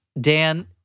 Dan